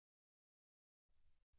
ಯಾಕೆ